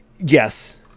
Yes